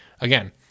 Again